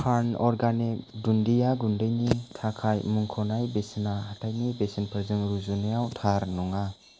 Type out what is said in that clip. टार्न organic दुन्दिया गुन्दैनि थाखाय मुंख'नाय बेसेना हाथायनि बेसेनफोरजों रुजुनायाव थार नङा